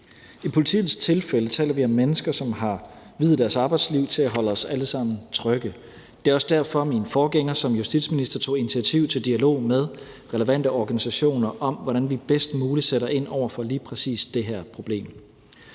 I politiets tilfælde taler vi om mennesker, som har viet deres arbejdsliv til at holde os alle sammen trygge. Det er også derfor, min forgænger som justitsminister tog initiativ til dialog med relevante organisationer om, hvordan vi bedst muligt sætter ind over for lige præcis det her problem.